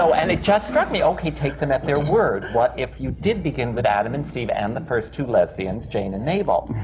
so and it just struck me, okay, take them at their word. what if you did begin with adam and steve, and the first two lesbians, jane and mabel,